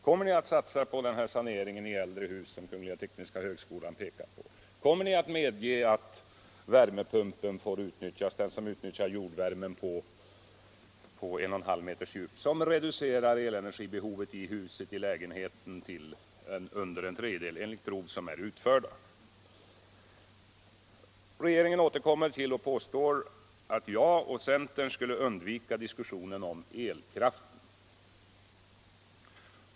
Kommer ni att satsa på den sanering i äldre hus som tekniska högskolan pekat på? Kommer ni att medge utnyttjandet av värmepunkten, dvs. av jordvärmen på 1 1/2 m djup, varmed man reducerar elenergibehovet i huset till under en tredjedel enligt utförda prov? Från regeringen återkommer påståendet att jag och centern skulle undvika diskussionen om elkraften.